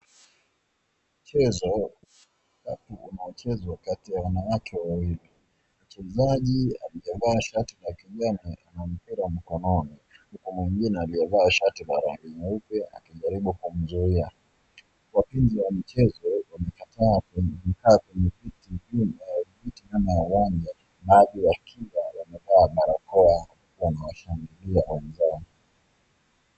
Chezo unaochezwa kati ya wanawake wawili. Mchezaji amevaa shati la kijani na mpira mkononi. Huku mwingine aliyevaa shati la rangi nyeupe akijaribu kumzuia. Wapenzi wa michezo wamekataa kukaa kwenye viti vya uwanja. Baadhi ya kila wamevaa barakoa na wanawashangilia wenzao.